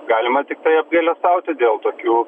galima tiktai apgailestauti dėl tokių